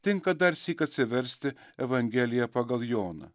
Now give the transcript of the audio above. tinka darsyk atsiversti evangeliją pagal joną